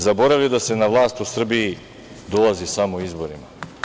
Zaboravljaju da se na vlast u Srbiji dolazi samo izborima.